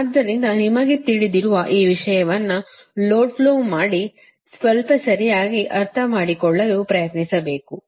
ಆದ್ದರಿಂದ ನಿಮಗೆ ತಿಳಿದಿರುವ ಈ ವಿಷಯವನ್ನು ಲೋಡ್ ಫ್ಲೋ ಮಾಡಿ ಸ್ವಲ್ಪ ಸರಿಯಾಗಿ ಅರ್ಥಮಾಡಿಕೊಳ್ಳಲು ಪ್ರಯತ್ನಿಸಬೇಕು